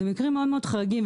אלה מקרים מאוד חריגים.